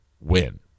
win